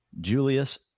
Julius